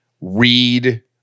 read